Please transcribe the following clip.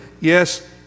Yes